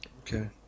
Okay